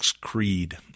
creed